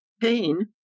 pain